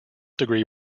degree